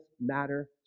matter